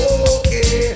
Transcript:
okay